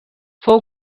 fou